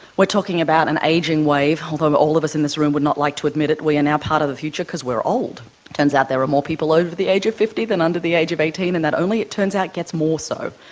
we're talking about an ageing wave. although um all of us in this room would not like to admit it, we are now part of the future because we're old. it turns out there are more people over the age of fifty then under the age of eighteen, and that only, it turns out, it gets more so.